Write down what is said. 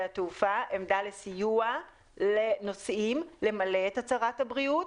התעופה עמדה לסיוע לנוסעים למלא את הצהרת הבריאות.